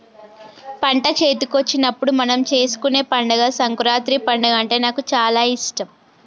పంట చేతికొచ్చినప్పుడు మనం చేసుకునే పండుగ సంకురాత్రి పండుగ అంటే నాకు చాల ఇష్టం